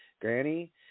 Granny